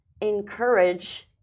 encourage